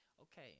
okay